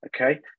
Okay